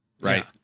Right